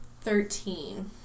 Thirteen